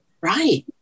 Right